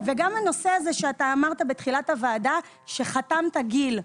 גם הנושא הזה שאתה אמרת בתחילת הוועדה, שתחמת גיל.